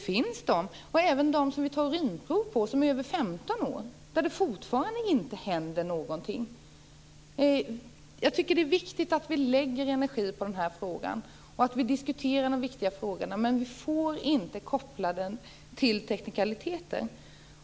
Även om man tar urinprov på dem som är över 15 år händer det fortfarande ingenting. Jag tycker att det är viktigt att vi lägger energi på detta problem och att vi diskuterar dessa angelägna frågor, men vi får inte koppla frågorna till teknikaliteter.